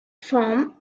from